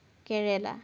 কেৰেলা